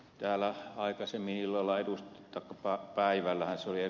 täällä aikaisemmin päivällä ed